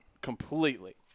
Completely